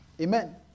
Amen